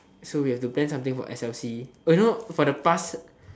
so we have to plan something for s_l_c oh you know for the past